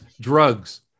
drugs